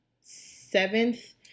seventh